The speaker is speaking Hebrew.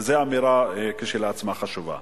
וזו אמירה שהיא כשלעצמה חשובה.